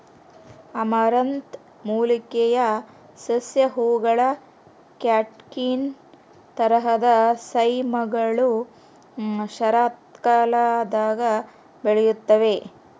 amaranth ಮೂಲಿಕೆಯ ಸಸ್ಯ ಹೂವುಗಳ ಕ್ಯಾಟ್ಕಿನ್ ತರಹದ ಸೈಮ್ಗಳು ಶರತ್ಕಾಲದಾಗ ಬೆಳೆಯುತ್ತವೆ